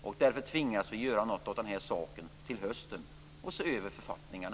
Och därför tvingas vi göra något åt den här saken till hösten och se över författningarna.